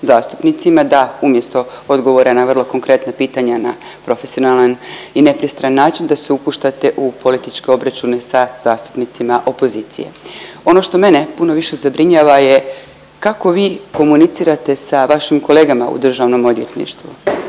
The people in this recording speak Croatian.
da umjesto odgovora na vrlo konkretna pitanja na profesionalan i nepristran način da se upuštate u političke obračune sa zastupnicima opozicije. Ono što mene puno više zabrinjava je kako vi komunicirate sa vašim kolegama u državnom odvjetništvu?